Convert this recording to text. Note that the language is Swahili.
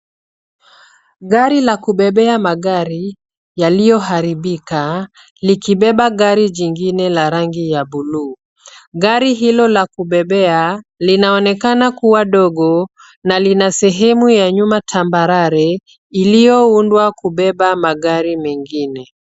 Gari la kubebea magari yaliyoharibika likibeba gari jingine la rangi ya buluu. Gari hilo la kubebea linaonekana kuwa ndogo na lina sehemu ya nyuma tambarare iliyoundwa kubeba magari mengine.